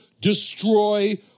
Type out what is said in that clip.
destroy